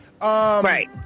Right